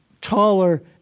taller